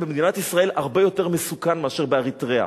במדינת ישראל הרבה יותר מסוכן מאשר באריתריאה.